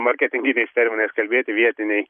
marketinginiais terminais kalbėti vietinei